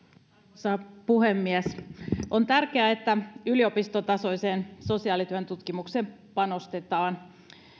arvoisa puhemies on tärkeää että yliopistotasoiseen sosiaalityön tutkimukseen panostetaan